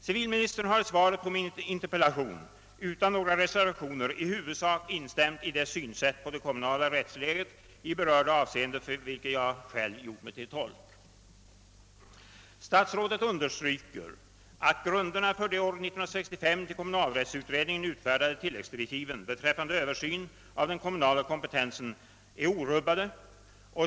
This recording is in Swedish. Civilministern har i svaret på min interpellation utan några reservationer i huvudsak instämt i det synsätt på det kommunala rättsläget i berörda avseenden som jag själv har gjort mig till tolk för. Statsrådet understryker att grunderna för de år 1965 till kommunalrättsutredningen utfärdade tilläggsdirektiven beträffande översyn av den kommunala kompetensen är <orubbade.